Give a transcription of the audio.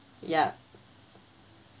ya